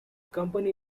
company